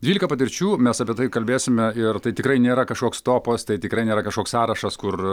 dvylika patirčių mes apie tai kalbėsime ir tai tikrai nėra kažkoks topas tai tikrai nėra kažkoks sąrašas kur